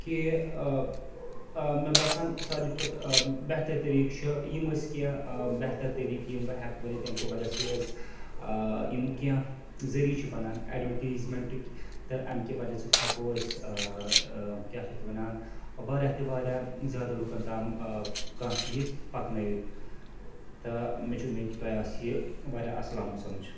کہِ ٲں ٲں مےٚ باسان ساروٕے کھۄتہٕ ٲں بہتر طریٖقہٕ چھُ یِم ٲسۍ کیٚنٛہہ ٲں بہتر طریٖقہٕ یِم بہٕ ہیٚکہٕ ؤنِتھ ییٚمہِ کہِ وجہ سۭتۍ أسۍ ٲں یِم کیٚنٛہہ ذٔریعہٕ چھِ بَنان ایٚڈوَرٹیٖزمیٚنٹٕکۍ تہٕ اَمہِ کہِ وجہ سۭتۍ ہیٚکو أسۍ ٲں ٲں کیٛاہ چھِ اَتھ وَنان واریاہ تہِ واریاہ زیادٕ لوٗکَن تام ٲں کانٛہہ چیٖز پَکنٲیِتھ تہٕ مےٚ چھِ اُمید کہِ تۄہہِ آسہِ یہِ واریاہ اصٕل آمُت سمٕجھ